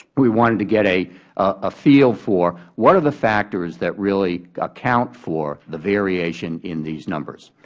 we wanted to get a ah feel for what are the factors that really account for the variation in these numbers.